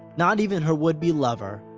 not even her would-be-lover,